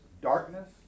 darkness